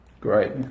Great